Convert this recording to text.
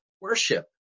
worship